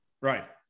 right